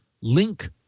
link